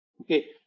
Okay